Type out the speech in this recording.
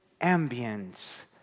ambience